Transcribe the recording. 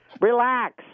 Relax